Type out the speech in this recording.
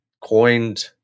coined